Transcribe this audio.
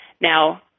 Now